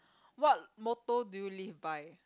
what motto do you live by